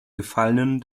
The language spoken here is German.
gefallenen